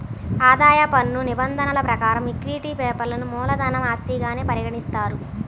ఆదాయ పన్ను నిబంధనల ప్రకారం ఈక్విటీ షేర్లను మూలధన ఆస్తిగానే పరిగణిస్తారు